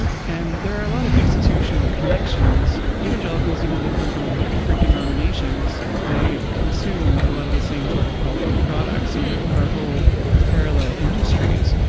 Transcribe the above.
and there are a lot of institutional connections, evangelicals, even though they come from a lot of different denominations. they consume a lot of the same sort of cultural products are are whole parallel industries,